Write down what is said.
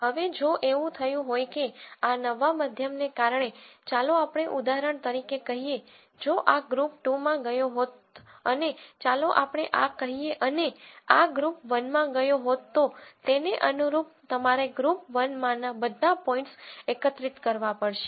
હવે જો એવું થયું હોય કે આ નવા મધ્યમને કારણે ચાલો આપણે ઉદાહરણ તરીકે કહીએ જો આ ગ્રુપ 2 માં ગયો હોત અને ચાલો આપણે આ કહીએ અને આ ગ્રુપ 1 માં ગયો હોત તો તેને અનુરૂપ તમારે ગ્રુપ 1 માંના બધા પોઇન્ટ્સ એકત્રિત કરવા પડશે